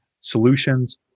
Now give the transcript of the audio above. solutions